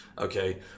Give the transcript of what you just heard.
Okay